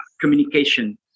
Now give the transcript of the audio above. communication